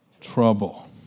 Trouble